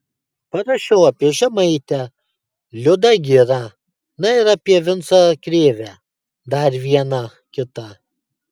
parašiau apie žemaitę liudą girą na ir apie vincą krėvę dar vieną kitą